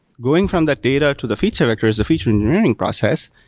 going from that data to the feature vector is a feature engineering process.